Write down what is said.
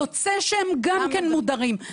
יוצא שהם גם מודרים,